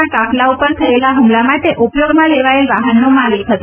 ના કાફલા ઉપર થયેલા હુમલા માટે ઉપયોગમાં લેવાયેલ વાહનનો માલિક હતો